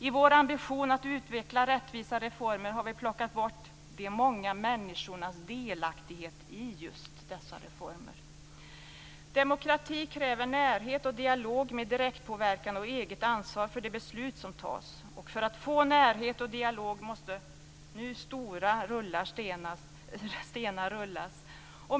I vår ambition att utveckla rättvisa reformer har vi plockat bort de många människornas delaktighet i just dessa reformer. Demokrati kräver närhet och dialog med direktpåverkan och eget ansvar för de beslut som fattas. För att få närhet och dialog måste nu stora stenar rullas.